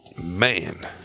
Man